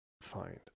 find